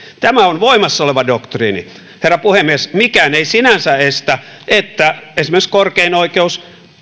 tämä on voimassa oleva doktriini herra puhemies mikään ei sinänsä estä että esimerkiksi korkein oikeus